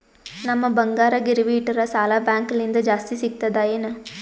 ನಮ್ ಬಂಗಾರ ಗಿರವಿ ಇಟ್ಟರ ಸಾಲ ಬ್ಯಾಂಕ ಲಿಂದ ಜಾಸ್ತಿ ಸಿಗ್ತದಾ ಏನ್?